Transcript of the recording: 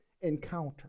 encounter